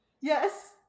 Yes